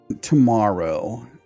tomorrow